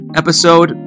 episode